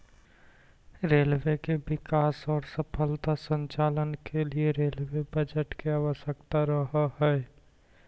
railway के विकास औउर सफल संचालन के लिए रेलवे बजट के आवश्यकता रहऽ हई